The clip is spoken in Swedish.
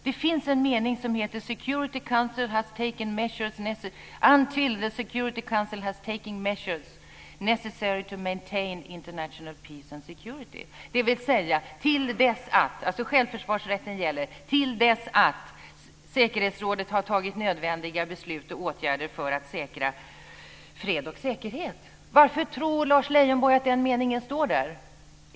Det finns en mening som lyder until the Security Council has taken measures necessary to maintain international peace and security. Dvs. att självförsvarsrätten gäller till dess att säkerhetsrådet har tagit nödvändiga beslut och vidtagit åtgärder för att säkra fred och säkerhet. Varför tror Lars Leijonborg att den meningen står där?